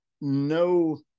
no